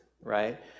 right